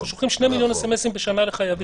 אנחנו שולחים שני מיליון SMS בשנה לחייבים.